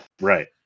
Right